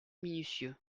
minutieux